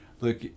Look